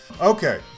Okay